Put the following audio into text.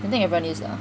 I think everyone is lah